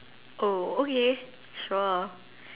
oh okay sure